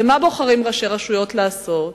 מה בוחרים ראשי רשויות לעשות?